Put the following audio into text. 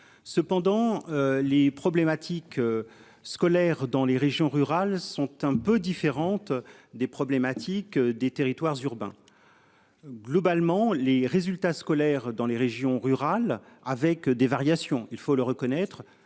cependant les problématiques. Scolaires dans les régions rurales sont un peu différentes des problématiques des territoires urbains. Globalement, les résultats scolaires dans les régions rurales avec des variations, il faut le reconnaître,